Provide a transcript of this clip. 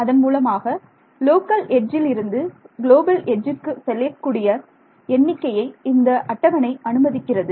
அதன் மூலமாக லோக்கல் எட்ஜில் இருந்து குளோபல் எட்ஜுக்கு செல்லக்கூடிய எண்ணிக்கையை இந்த அட்டவணை அனுமதிக்கிறது